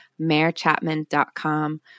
mayorchapman.com